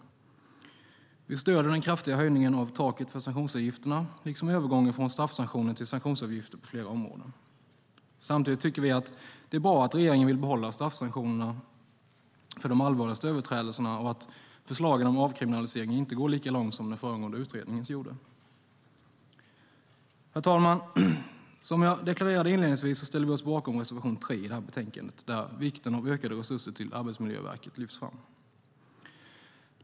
Vi stöder den kraftiga höjningen av taket för sanktionsavgifterna liksom övergången från straffsanktioner till sanktionsavgifter på flera områden. Samtidigt tycker vi att det är bra att regeringen vill behålla straffsanktionerna för de allvarligaste överträdelserna och att förslagen om avkriminalisering inte går lika långt som den föregående utredningens. Herr talman! Som jag deklarerade inledningsvis ställer vi oss bakom reservation 3 i detta betänkande, där vikten av ökade resurser till Arbetsmiljöverket lyfts fram.